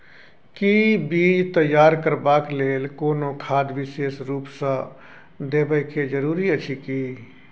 कि बीज तैयार करबाक लेल कोनो खाद विशेष रूप स देबै के जरूरी अछि की?